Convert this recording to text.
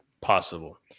Possible